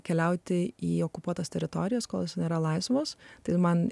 keliauti į okupuotas teritorijas kol nėra laisvos tai man